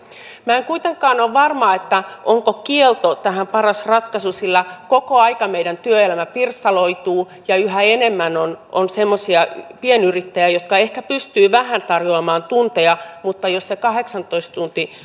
minä en kuitenkaan ole varma onko kielto tähän paras ratkaisu sillä koko ajan meidän työelämä pirstaloituu ja yhä enemmän on on semmoisia pienyrittäjiä jotka ehkä pystyvät vähän tarjoamaan tunteja mutta jos se kahdeksantoista tuntia